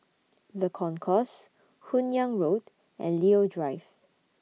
The Concourse Hun Yeang Road and Leo Drive